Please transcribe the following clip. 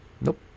Nope